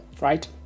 right